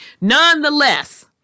Nonetheless